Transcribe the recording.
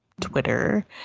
twitter